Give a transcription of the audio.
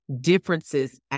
differences